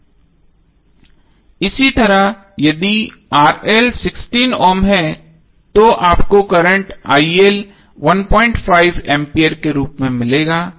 इसी तरह यदि16 ओम है तो आपको करंट 15 A के रूप में मिलेगा